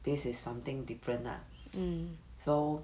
this is something different ah so